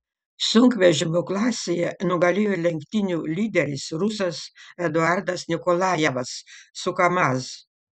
sunkvežimių klasėje nugalėjo lenktynių lyderis rusas eduardas nikolajevas su kamaz